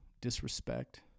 Disrespect